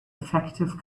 effective